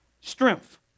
strength